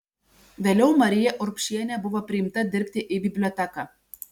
vėliau marija urbšienė buvo priimta dirbti į biblioteką